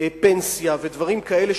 פנסיה ודברים כאלה,